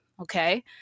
okay